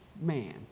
man